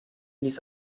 ließ